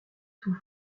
sous